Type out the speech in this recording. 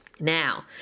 Now